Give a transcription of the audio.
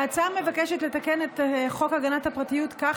ההצעה מבקשת לתקן את חוק הגנת הפרטיות כך